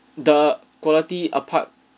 the quality apart